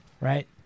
right